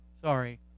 Sorry